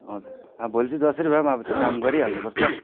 हजुर अब भोलि चाहिँ जसरी भए पनि अब त्यो काम गरिहाल्नु पर्छ